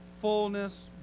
fullness